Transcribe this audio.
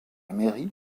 mairie